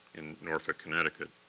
in norfolk, connecticut.